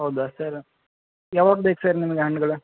ಹೌದಾ ಸರ್ ಯಾವಾಗ ಬೇಕು ಸರ್ ನಿಮಗೆ ಹಣ್ಗಳು